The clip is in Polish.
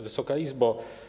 Wysoka Izbo!